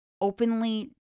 openly